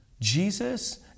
Jesus